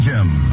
Jim